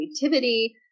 creativity